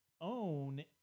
own